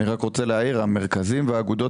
אני רק רוצה להעיר שהמרכזים והאגודות